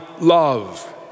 love